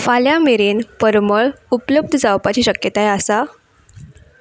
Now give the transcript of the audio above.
फाल्यां मेरेन परमळ उपलब्ध जावपाची शक्यताय आसा